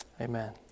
Amen